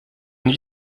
n’y